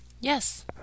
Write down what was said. Yes